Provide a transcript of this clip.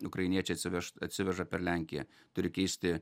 ukrainiečiai atsiveš atsiveža per lenkiją turi keisti